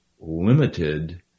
limited